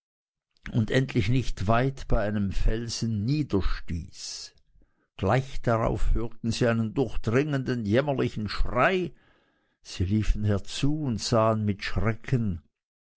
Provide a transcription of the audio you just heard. und endlich nicht weit bei einem felsen niederstieß gleich darauf hörten sie einen durchdringenden jämmerlichen schrei sie liefen herzu und sahen mit schrecken